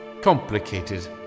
Complicated